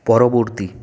পরবর্তী